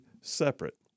separate